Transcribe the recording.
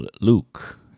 luke